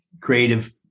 creative